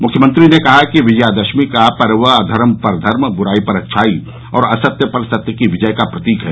मुख्यमंत्री ने कहा कि विजयादशमी का पर्व अधर्म पर धर्म बुराई पर अच्छाई और असत्य पर सत्य की विजय का प्रतीक है